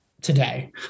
today